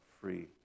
free